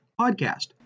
podcast